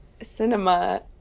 cinema